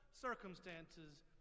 circumstances